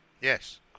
Yes